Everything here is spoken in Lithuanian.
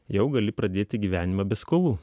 jau gali pradėti gyvenimą be skolų